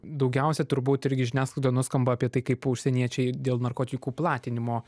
daugiausia turbūt irgi žiniasklaidoj nuskamba apie tai kaip užsieniečiai dėl narkotikų platinimo